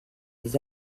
les